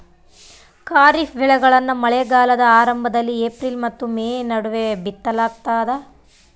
ಖಾರಿಫ್ ಬೆಳೆಗಳನ್ನ ಮಳೆಗಾಲದ ಆರಂಭದಲ್ಲಿ ಏಪ್ರಿಲ್ ಮತ್ತು ಮೇ ನಡುವೆ ಬಿತ್ತಲಾಗ್ತದ